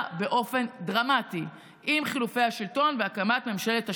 באופן דרמטי עם חילופי השלטון והקמת ממשלת השינוי,